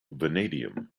vanadium